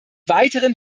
weiteren